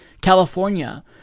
california